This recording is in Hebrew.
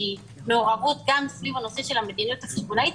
במעורבות גם סביב הנושא של המדיניות החשבונאית,